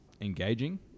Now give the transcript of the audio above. engaging